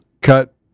cut